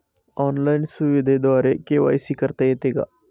Online सुविधेद्वारे KYC करता येते का?